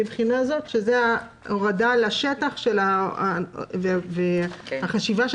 מבחינה זאת שזה ההורדה לשטח והחשיבה של